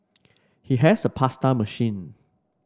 he has a pasta machine